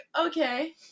okay